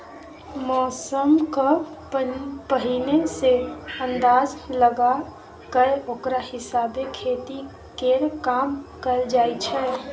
मौसमक पहिने सँ अंदाज लगा कय ओकरा हिसाबे खेती केर काम कएल जाइ छै